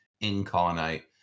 incarnate